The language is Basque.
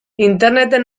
interneten